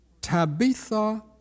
Tabitha